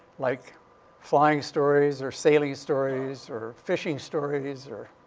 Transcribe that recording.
like flying stories or sailing stories or fishing stories or,